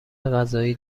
غذایی